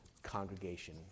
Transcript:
congregation